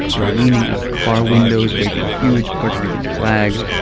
they were leaning out of car windows waving huge puerto rican flags.